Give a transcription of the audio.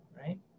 right